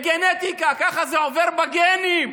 בגנטיקה, ככה זה עובר בגנים.